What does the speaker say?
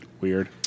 Weird